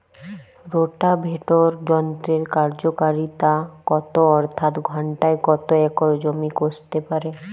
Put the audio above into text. Rotavator যন্ত্রের কার্যকারিতা কত অর্থাৎ ঘণ্টায় কত একর জমি কষতে পারে?